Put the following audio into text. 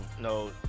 No